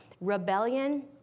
rebellion